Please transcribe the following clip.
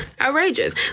Outrageous